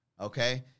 okay